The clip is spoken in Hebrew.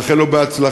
ולאחל לו הצלחה.